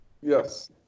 yes